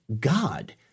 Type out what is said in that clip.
God